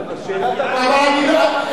שאלת הבהרה.